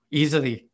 easily